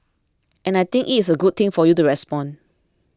and I think it is a good thing for you to respond